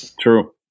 True